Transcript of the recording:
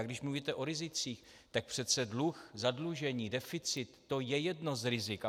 A když mluvíte o rizicích, tak přece dluh, zadlužení, deficit, to je jedno z rizik.